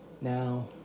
Now